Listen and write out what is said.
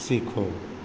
सीखो